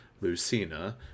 Lucina